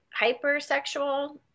hypersexual